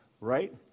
right